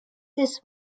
this